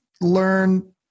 learn